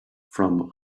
from